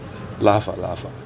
laugh ah laugh ah